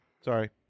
Sorry